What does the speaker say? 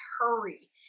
hurry